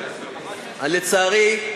לצערי,